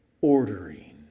ordering